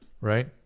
Right